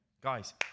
Guys